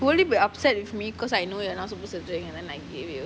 will you be upset with me because I know you are not supposed to take and then I give you